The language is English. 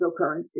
cryptocurrency